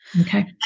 Okay